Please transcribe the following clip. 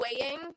weighing